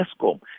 ESCOM